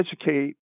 educate